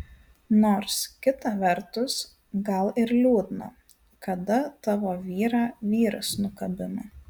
nors kita vertus gal ir liūdna kada tavo vyrą vyras nukabina